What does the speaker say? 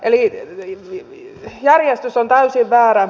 eli järjestys on täysin väärä